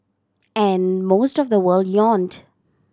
and most of the world yawned